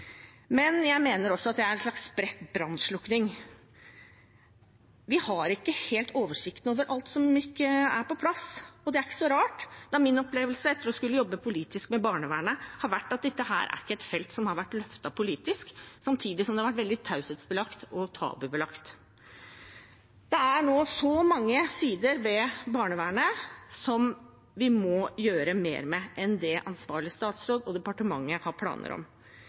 men jeg mener også at det er en slags spredt brannslukking. Vi har ikke helt oversikten over alt som ikke er på plass, og det er ikke så rart, da min opplevelse etter å ha jobbet politisk med barnevernet har vært at dette ikke er et felt som har vært løftet politisk – samtidig har det vært veldig taushetsbelagt og tabubelagt. Det er nå så mange sider ved barnevernet vi må gjøre mer med enn det ansvarlig statsråd og departementet har planer om.